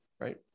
right